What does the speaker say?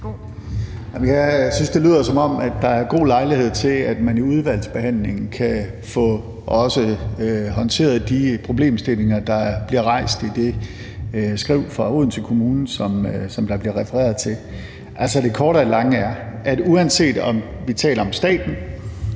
Jeg synes, det lyder, som om der er god lejlighed til, at man i udvalgsbehandlingen også kan få håndteret de problemstillinger, der bliver rejst i det skriv fra Odense Kommune, som der bliver refereret til. Det korte af det lange er, at uanset om vi taler om staten,